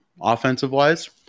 offensive-wise